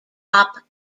pop